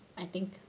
I think